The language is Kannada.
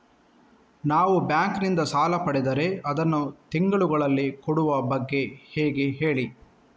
ನಾವು ಬ್ಯಾಂಕ್ ನಿಂದ ಸಾಲ ಪಡೆದರೆ ಅದನ್ನು ತಿಂಗಳುಗಳಲ್ಲಿ ಕೊಡುವ ಬಗ್ಗೆ ಹೇಗೆ ಹೇಳಿ